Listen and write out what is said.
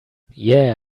yeah